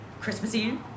christmasy